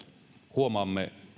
huomaamme